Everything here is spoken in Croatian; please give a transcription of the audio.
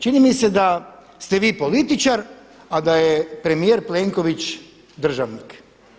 Čini mi se da ste vi političar a da je premijer Plenković državnik.